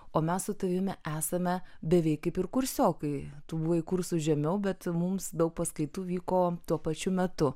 o mes su tavimi esame beveik kaip ir kursiokai tu buvai kursu žemiau bet mums daug paskaitų vyko tuo pačiu metu